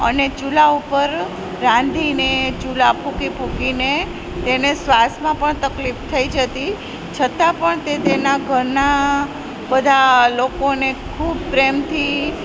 અને ચૂલા ઉપર રાંધીને ચૂલા ફૂંકી ફૂંકીને તેને શ્વાસમાં પણ તકલીફ થઈ જતી છતાં પણ તે તેના ઘરનાં બધાં લોકોને ખૂબ પ્રેમથી